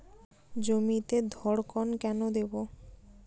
জমিতে ধড়কন কেন দেবো?